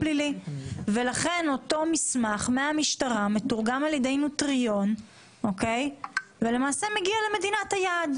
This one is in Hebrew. לכן אותו מסמך מהמשטרה מתורגם על ידי נוטריון ומגיע למדינת היעד.